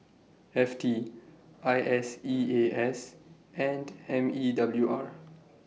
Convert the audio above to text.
F T I S E A S and M E W R